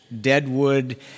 Deadwood